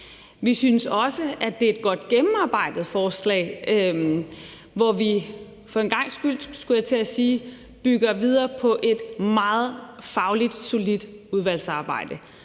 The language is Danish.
Vi synes også, at det er et godt gennemarbejdet forslag, hvor vi for en gangs skyld, skulle jeg til at sige, bygger videre på et meget fagligt solidt udvalgsarbejde.